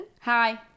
Hi